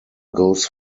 goes